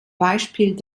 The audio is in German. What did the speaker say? beispiel